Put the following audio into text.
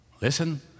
Listen